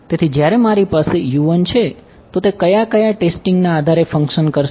તેથી જ્યારે મારી પાસે છે તો તે કયા ક્યા ટેસ્ટીંગ ના આધારે ફંક્સન કરશે